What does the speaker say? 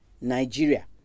Nigeria